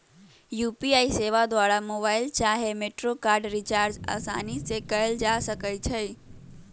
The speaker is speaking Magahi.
यू.पी.आई सेवा द्वारा मोबाइल चाहे मेट्रो कार्ड रिचार्ज असानी से कएल जा सकइ छइ